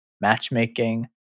matchmaking